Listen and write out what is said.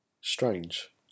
Strange